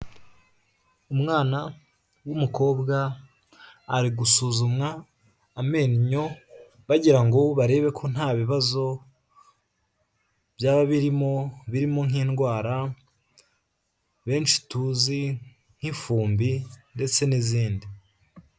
Umwana w'umukobwa ari gusuzumwa amenyo bagira ngo barebe ko nta bibazo byaba birimo, birimo nk'indwara benshi tuzi nk'ifumbi ndetse n'izindi.